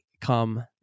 come